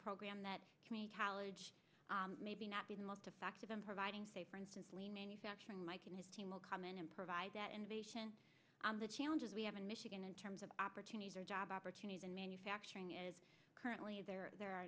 program that community college maybe not be the most effective in providing say for instance lean manufacturing mike and his team will come in and provide that innovation and the challenges we have in michigan in terms of opportunities or job opportunities in manufacturing is currently there the